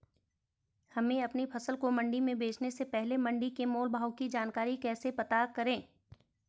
हमें अपनी फसल को मंडी में बेचने से पहले मंडी के मोल भाव की जानकारी कैसे पता करें?